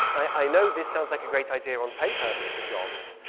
i know this sounds like a great idea on paper, mr. jobs.